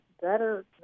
better